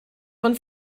von